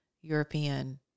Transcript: European